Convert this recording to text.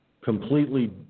completely